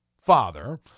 father